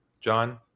john